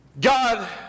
God